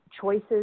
choices